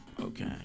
Okay